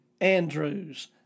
Andrews